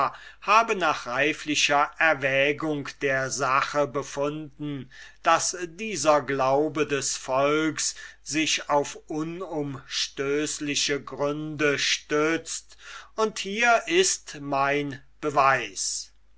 habe nach reiflicher erwägung der sache befunden daß dieser glaube des volks sich auf unumstößliche gründe stützt und hier ist mein beweis